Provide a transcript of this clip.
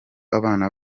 abana